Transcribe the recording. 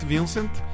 Vincent